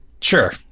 Sure